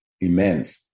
immense